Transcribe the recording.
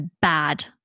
bad